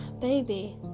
baby